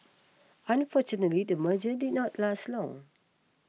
unfortunately the merger did not last long